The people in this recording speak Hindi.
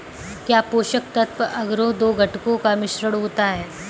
क्या पोषक तत्व अगरो दो घटकों का मिश्रण होता है?